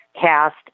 cast